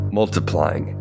multiplying